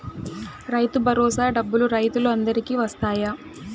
రైతు భరోసా డబ్బులు రైతులు అందరికి వస్తాయా?